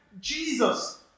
Jesus